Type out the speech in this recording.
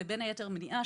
ובין היתר מניעה,